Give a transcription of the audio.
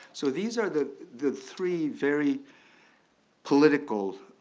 so, these are the the three very political